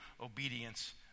obedience